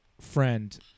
friend